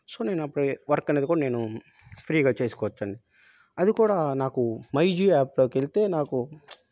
so నేను అప్పుడు work అనేది కూడా నేను ఫ్రీగా చేసుకోవచ్చు అండి అది కూడా నాకు మైజియో యాప్లోకి వెళ్తే నాకు